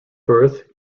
birth